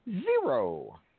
Zero